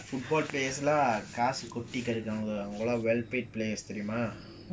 football players ah காசுகொட்டிகெடக்குஅவங்கஅவங்கலாம்:kaasu kotti kedaku avanga avangalaam well paid players தெரியுமா:theriuma